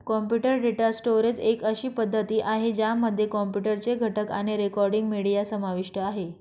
computer data storage एक अशी पद्धती आहे, ज्यामध्ये कॉम्प्युटर चे घटक आणि रेकॉर्डिंग, मीडिया समाविष्ट आहे